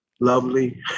lovely